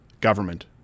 government